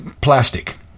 plastic